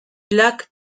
lac